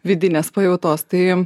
vidinės pajautos tai